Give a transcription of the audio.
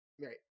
right